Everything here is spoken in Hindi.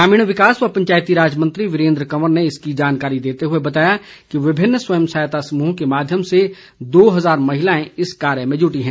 ग्रामीण विकास व पंचायती राज मंत्री वीरेंद्र कंवर ने इसकी जानकारी देते हुए बताया कि विभिन्न स्वयं सहायता समूहों के माध्यम से दो हजार महिलाएं इस कार्य में जुटी हैं